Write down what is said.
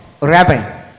reverend